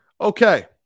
Okay